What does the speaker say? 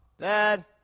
Dad